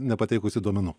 nepateikusi duomenų